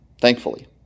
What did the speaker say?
thankfully